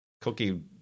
cookie